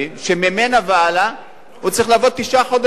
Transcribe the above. שממנה והלאה הוא צריך לעבוד תשעה חודשים.